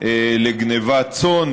לגנבת צאן.